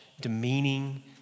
demeaning